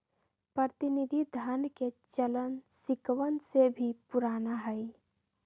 प्रतिनिधि धन के चलन सिक्कवन से भी पुराना हई